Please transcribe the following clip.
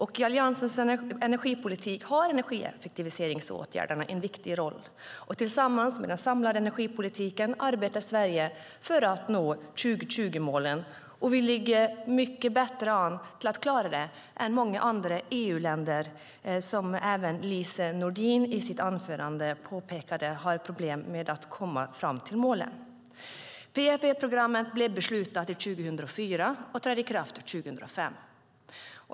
I Alliansens energipolitik har energieffektiviseringsåtgärderna en viktig roll. Tillsammans med den samlade energipolitiken arbetar Sverige för att nå 2020-målen. Vi ligger mycket bättre till för att klara det än många andra EU-länder, som även Lise Nordin påpekade i sitt anförande. De har problem med att nå målen. PFE-programmet blev beslutat 2004 och trädde i kraft 2005.